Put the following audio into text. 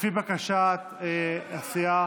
חברים, לפי בקשת הסיעה.